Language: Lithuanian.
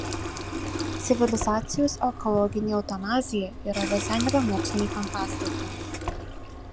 civilizacijos ekologinė eutanazija yra visai nebe mokslinė fantastika